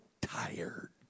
tired